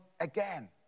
again